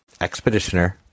Expeditioner